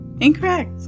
Incorrect